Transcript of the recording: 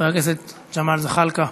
חבר הכנסת ג'מאל זחאלקה,